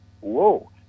whoa